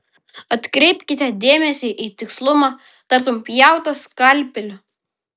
atkreipkite dėmesį į tikslumą tartum pjauta skalpeliu